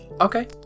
Okay